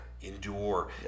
Endure